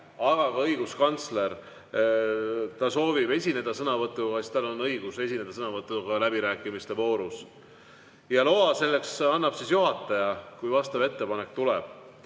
või õiguskantsler soovib esineda sõnavõtuga, siis tal on õigus esineda sõnavõtuga läbirääkimiste voorus. Loa selleks annab juhataja, kui vastav ettepanek tuleb.